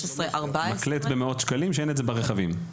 12,13,14. מקלט במאות שקלים שאין את זה ברכבים.